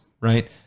right